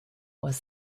was